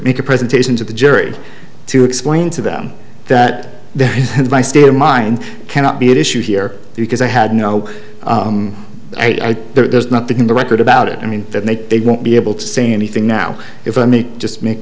make a presentation to the jury to explain to them that my state of mind cannot be at issue here because i had no idea there's nothing in the record about it i mean that they won't be able to say anything now if i may just make